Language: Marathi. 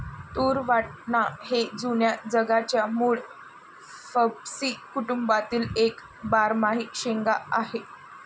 तूर वाटाणा हे जुन्या जगाच्या मूळ फॅबॅसी कुटुंबातील एक बारमाही शेंगा आहे